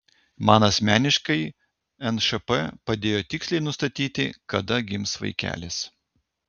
man asmeniškai nšp padėjo tiksliai nustatyti kada gims vaikelis